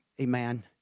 amen